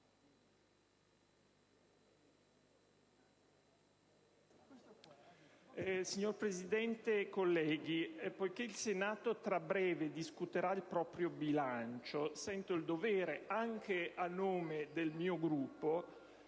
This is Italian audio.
Signor Presidente, colleghi, poiché il Senato tra breve discuterà il proprio bilancio, sento il dovere - anche a nome del mio Gruppo